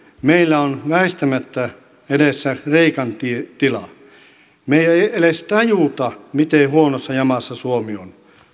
meillä on väistämättä edessä kreikan tilanne me emme edes tajua miten huonossa jamassa suomi on